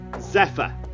Zephyr